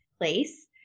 place